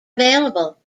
available